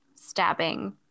stabbing